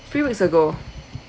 few weeks ago